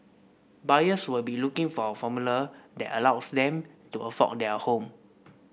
buyers will be looking for a formula that allows them to afford their home